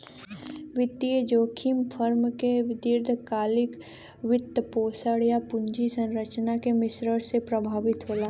वित्तीय जोखिम फर्म के दीर्घकालिक वित्तपोषण, या पूंजी संरचना के मिश्रण से प्रभावित होला